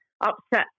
upset